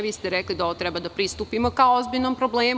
Vi ste rekli da treba da pristupimo kao ozbiljnom problemu.